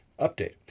Update